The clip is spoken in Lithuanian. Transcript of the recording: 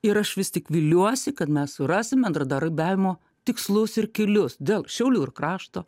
ir aš vis tik viliuosi kad mes surasime bendradarbiavimo tikslus ir kelius dėl šiaulių ir krašto